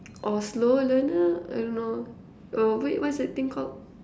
or slow learner I don't know oh wait what's that thing called